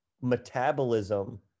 metabolism